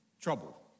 trouble